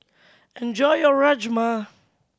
enjoy your Rajma